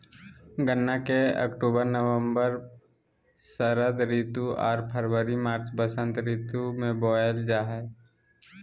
गन्ना के अक्टूबर नवम्बर षरद ऋतु आर फरवरी मार्च बसंत ऋतु में बोयल जा हइ